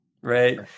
right